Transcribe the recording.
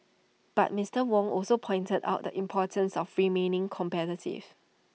but Mister Wong also pointed out the importance of remaining competitive